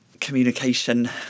communication